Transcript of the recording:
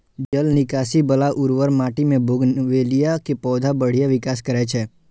जल निकासी बला उर्वर माटि मे बोगनवेलिया के पौधा बढ़िया विकास करै छै